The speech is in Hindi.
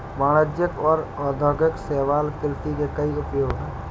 वाणिज्यिक और औद्योगिक शैवाल कृषि के कई उपयोग हैं